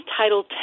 Title